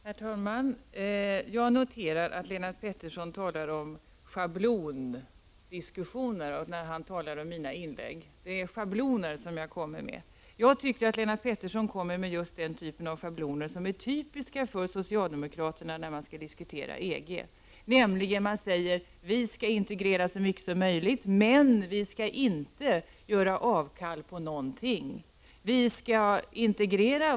Herr talman! Jag noterar att Lennart Pettersson talar om schablondiskussioner när han talar om mina inlägg. Det är schabloner som jag kommer med. Jag tycker att Lennart Pettersson kommer med just den typen av schabloner som är typiska för socialdemokraterna när de skall diskutera EG. Man säger nämligen att vi skall integrera så mycket som möjligt, men vi skall inte göra avkall på någonting.